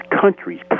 countries